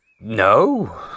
No